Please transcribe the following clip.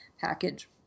package